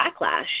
backlash